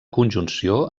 conjunció